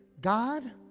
God